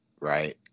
right